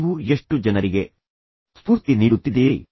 ನೀವು ಎಷ್ಟು ಜನರಿಗೆ ಸ್ಫೂರ್ತಿ ನೀಡುತ್ತಿದ್ದೀರಿ